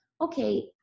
okay